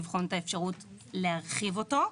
לבחון את האפשרות להרחיב אותו.